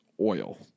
oil